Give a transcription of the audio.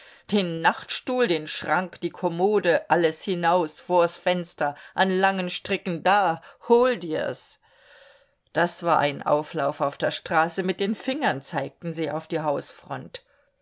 den nachtstuhl den schrank die kommode alles hinaus vors fenster an langen stricken da hol dir's das war ein auflauf auf der straße mit fingern zeigten sie auf die hausfront